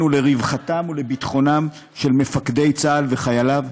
לרווחתם ולביטחונם של מפקדי צה"ל וחייליו?